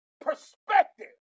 perspective